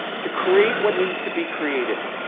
to create what needs to be created.